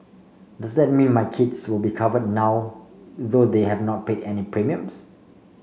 does that mean my kids will be covered now though they have not paid any premiums